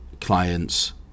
clients